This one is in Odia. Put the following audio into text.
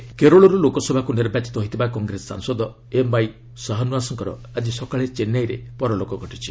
ଏମ୍ କେରଳ ଡାଏଜ୍ କେରଳରୁ ଲୋକସଭାକୁ ନିର୍ବାଚିତ ହୋଇଥିବା କଂଗ୍ରେସ ସାଂସଦ ଏମ୍ ଆଇ ସହନୱାସ୍କର ଆଜି ସକାଳେ ଚେନ୍ସାଇଠାରେ ପରଲୋକ ଘଟିଛି